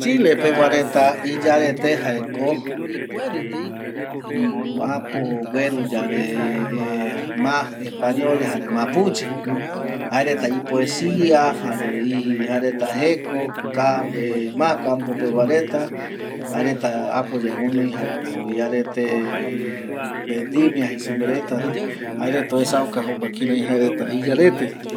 Chile pegua reta iyarete jaeko apo gueru yave ma español jare mapuche jaereta ipoesia jare jaereta jeko ma kampo pegua reta jaereta apoyae guɨnoi jaeko airete bendimia jei superetano jaereta oesauka kirai jaereta oyarete